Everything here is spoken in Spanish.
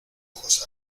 ojos